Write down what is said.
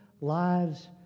lives